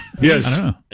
Yes